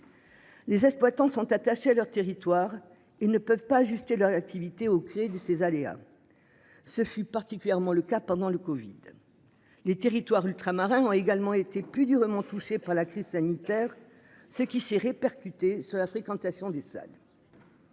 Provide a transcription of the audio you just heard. Les exploitants sont attachés à leur territoire, ils ne peuvent pas ajuster leur activité oxyde de ces aléas. Ce fut particulièrement le cas pendant le Covid. Les territoires ultramarins ont également été plus durement touchés par la crise sanitaire. Ce qui s'est répercuté sur la fréquentation des salles.